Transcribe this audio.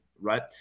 right